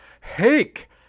Hake